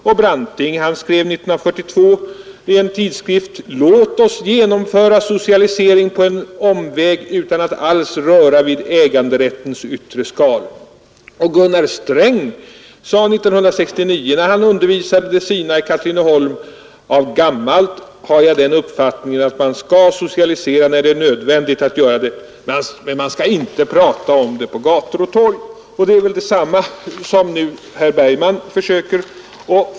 I en tidskriftsartikel 1942 skrev Georg Branting: ”Låt oss genomföra socialisering på en omväg utan att alls röra vid äganderättens yttre skal.” Och Gunnar Sträng sade 1969, när han undervisade de sina i Katrineholm: ”Av gammalt har jag den uppfattningen att man skall socialisera när det är nödvändigt att göra det, men man skall inte prata om det på gator och torg.” Det är väl detsamma som herr Bergman nu försöker.